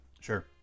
Sure